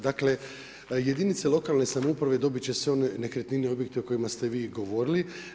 Dakle, jedinice lokalne samouprave dobiti će sve one nekretnine, objekte o kojima ste vi govorili.